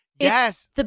yes